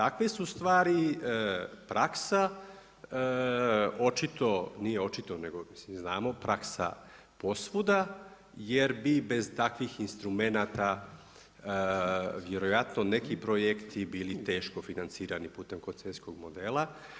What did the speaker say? A takve su stvari praksa očito, nije očito nego svi znamo, praksa posvuda, jer bi bez takvih instrumenata vjerojatno neki projekti bili teško financirani putem koncesijskog modela.